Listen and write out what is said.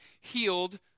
healed